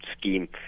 scheme